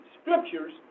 scriptures